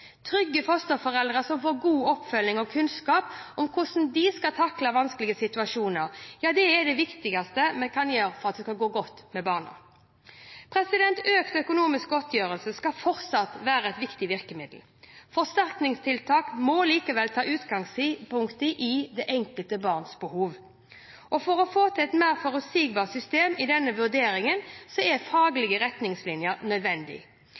Trygge fosterforeldre som får god oppfølging og kunnskap om hvordan de skal takle vanskelige situasjoner, er det viktigste vi kan gjøre for at det skal gå godt med barnet. Økt økonomisk godtgjørelse skal fortsatt være et viktig virkemiddel. Forsterkningstiltak må likevel ta utgangspunkt i det enkelte barns behov. For å få til et mer forutsigbart system i denne vurderingen er faglige retningslinjer nødvendig.